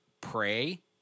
pray